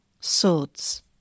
Swords